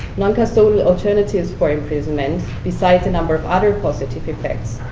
non-custodial alternatives for imprisonment, besides a number of other positive effects,